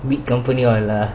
big company all